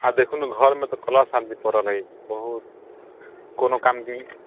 आओर देखू ने घरमे तऽ कलह सारे पड़ल हइ बहुत कोनो काम की